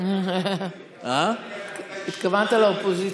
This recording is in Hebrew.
התכוונת לאופוזיציה.